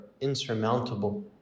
insurmountable